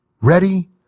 ready